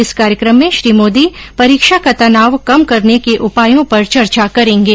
इस कार्यक्रम में श्री मोदी परीक्षा का तनाव कम करने के उपायों पर चर्चा करेंगे